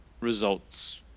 results